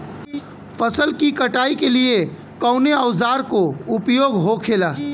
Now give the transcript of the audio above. फसल की कटाई के लिए कवने औजार को उपयोग हो खेला?